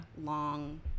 long